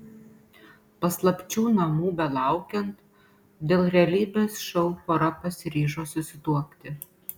paslapčių namų belaukiant dėl realybės šou pora pasiryžo susituokti